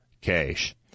cash